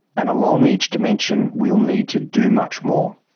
and along each dimension we will need to do much more.